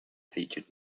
featured